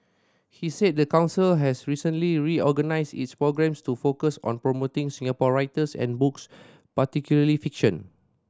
he said the council has recently reorganised its programmes to focus on promoting Singapore writers and books particularly fiction